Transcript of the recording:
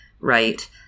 right